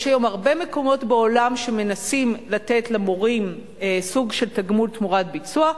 יש היום הרבה מקומות בעולם שמנסים לתת למורים סוג של תגמול תמורת ביצוע,